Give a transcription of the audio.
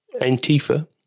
Antifa